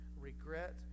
regret